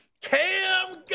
Cam